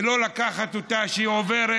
ולא לקחת אותה שהיא עוברת,